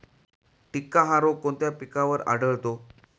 टिक्का हा रोग कोणत्या पिकावर आढळतो?